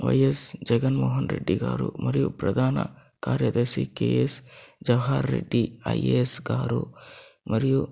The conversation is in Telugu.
వైయస్ జగన్మోహన్రెడ్డి గారు మరియు ప్రధాన కార్యదర్శి కేయస్ జవహర్ రెడ్డి ఐఏఎస్ గారు మరియు